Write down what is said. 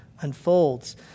unfolds